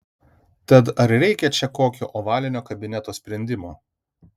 tad ar reikia čia kokio ovalinio kabineto sprendimo